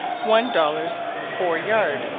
one dollers foure yard.